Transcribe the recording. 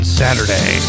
saturday